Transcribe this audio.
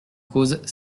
cause